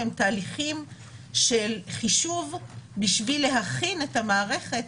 לתהליכים של חישוב כדי להכין את המערכת